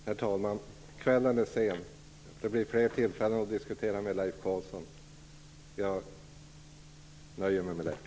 Herr talman! Kvällen är sen, och det blir fler tillfällen att diskutera med Leif Carlson. Jag nöjer mig med detta.